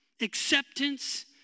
acceptance